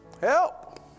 Help